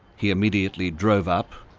he immediately drove up,